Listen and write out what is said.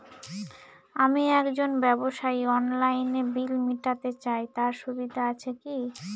আমি একজন ব্যবসায়ী অনলাইনে বিল মিটাতে চাই তার সুবিধা আছে কি?